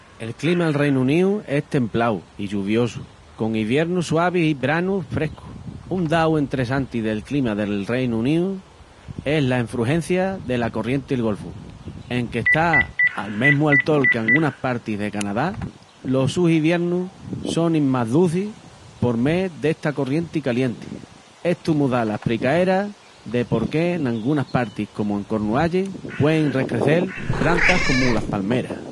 El clima’l Reinu Uníu es templáu i lluviosu, con iviernus suavis i branus frescus. Un dau entressanti del clima del Reinu Uníu es la enfrujencia dela Corrienti'l Golfu. Enque está al mesmu altol que angunas partis de Canadá, los sus iviernus sonin más ducis por mé d'esta corrienti calienti. Estu mos da la espricaera de porque n'angunas partis comu en Cornualles puein rescrecel prantas comu las palmeras.